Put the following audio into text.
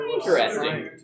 Interesting